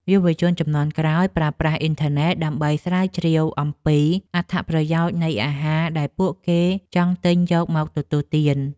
យុវជនជំនាន់ក្រោយប្រើប្រាស់អ៊ីនធឺណិត ដើម្បីស្រាវជ្រាវអំពីអត្ថប្រយោជន៍នៃអាហារដែលពួកគេចង់ទិញយកមកទទួលទាន។